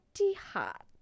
hot